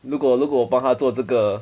如果如果我帮他做这个